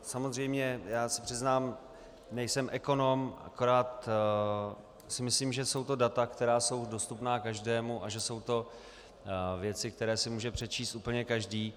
Samozřejmě, já se přiznám, nejsem ekonom, akorát si myslím, že jsou to data, která jsou dostupná každému, a že jsou to věci, které si může přečíst úplně každý.